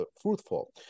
fruitful